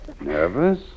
Nervous